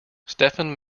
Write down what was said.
stephen